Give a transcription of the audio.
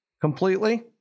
completely